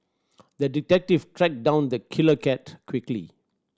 the detective tracked down the killer cat quickly